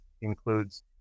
includes